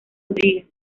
rodríguez